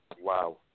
Wow